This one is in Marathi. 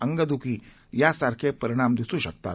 अंगद्खी यासारखे परिणाम दिसू शकतात